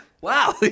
Wow